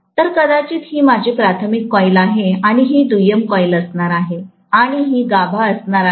तर कदाचित ही माझी प्राथमिक कॉईल आहे आणि ही दुय्यम कॉइल असणार आहे आणि ही गाभा असणार आहे